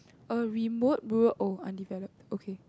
a remote road oh undeveloped okay